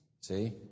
see